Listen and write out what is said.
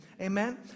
amen